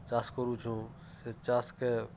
ଚାଷ୍ କରୁଛୁଁ ସେ ଚାଷ୍କେ